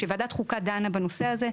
כשוועדת חוקה דנה בנושא הזה,